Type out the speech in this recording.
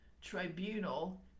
tribunal